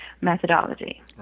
methodology